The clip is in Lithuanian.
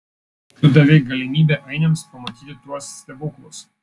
tu davei galimybę ainiams pamatyti tuos stebuklus